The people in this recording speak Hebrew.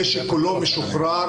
המשק כולו משוחרר,